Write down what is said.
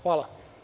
Hvala.